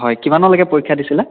হয় কিমানলৈকে পৰীক্ষা দিছিলে